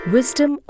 Wisdom